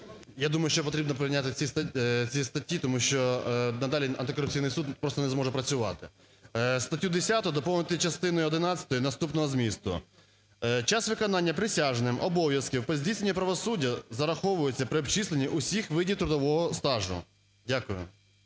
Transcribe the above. я думаю, що потрібно прийняти ці статті, тому що надалі антикорупційний суд просто не зможе працювати. Статтю 10 доповнити частину одинадцятою наступного змісту: "Час виконання присяжним обов'язків по здійсненню правосуддя зараховується при обчисленні усіх видів трудового стажу". Дякую.